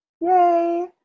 yay